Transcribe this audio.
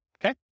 okay